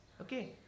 okay